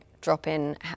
drop-in